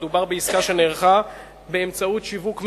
המדובר בעסקה שנערכה באמצעות שיווק מרחוק,